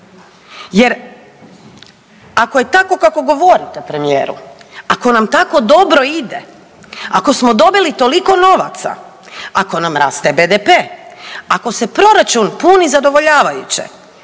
Jer ako je tako kako govorite premijeru, ako nam tako dobro ide, ako smo dobili toliko novaca, ako nam raste BDP, ako se proračun puni zadovoljavajuće,